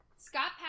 Scott